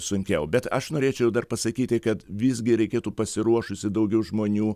sunkiau bet aš norėčiau dar pasakyti kad visgi reikėtų pasiruošusi daugiau žmonių